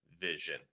vision